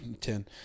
ten